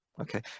okay